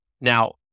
Now